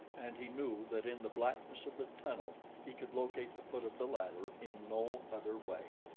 and he knew that in the blackness of the tunnel he could locate the foot of the ladder in no other way.